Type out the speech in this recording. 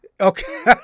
Okay